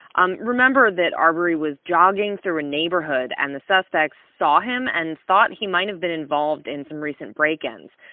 um remember that arbery was jogging through a neighborhood and the suspects saw him and thought he might have been involved in some recent break-ins.